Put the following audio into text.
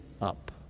up